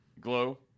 Glow